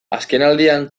azkenaldian